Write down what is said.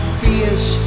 fierce